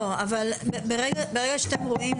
אבל ברגע שאתם רואים,